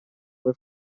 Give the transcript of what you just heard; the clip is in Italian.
poi